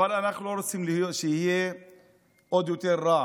אבל אנחנו לא רוצים שהוא יהיה עוד יותר רע.